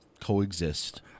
coexist